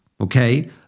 Okay